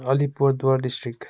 Alipurduar district